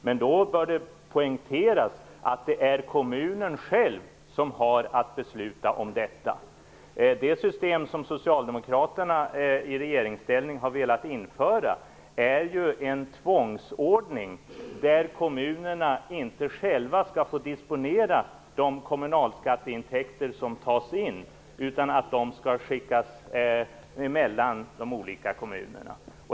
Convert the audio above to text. Men då bör det poängteras att det är kommunen själv som har att besluta om detta. Det system som socialdemokraterna i regeringställning har velat införa är ju en tvångsordning där kommunerna inte själva skall få disponera de kommunalskatteintäkter som tas in, utan de skall skickas emellan de olika kommunerna.